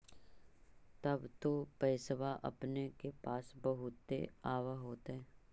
तब तो पैसबा अपने के पास बहुते आब होतय?